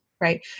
Right